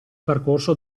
percorso